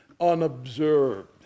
unobserved